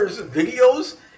videos